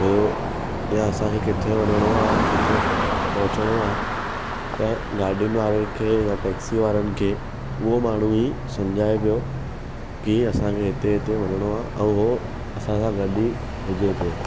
हुओ या असांखे किथे वञणो आहे किथे पहुचणो आहे त गाॾियुनि वारनि खे या टैक्सी वारनि खे उहो माण्हू ई समझाए पियो की असांखे हिते हिते वञणो आहे ऐं हू असां सां गॾु ई हुजे पियो